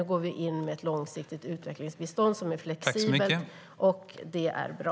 Nu går vi in med ett långsiktigt utvecklingsbistånd som är flexibelt, och det är bra.